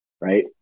right